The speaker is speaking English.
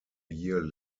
year